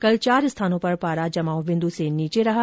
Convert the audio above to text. कल चार स्थानों पर पारा जमाव बिन्दु से नीचे रहा